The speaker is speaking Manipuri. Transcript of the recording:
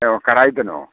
ꯑꯣ ꯀꯔꯥꯏꯗꯅꯣ